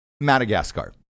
Madagascar